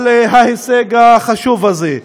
על ההישג החשוב הזה.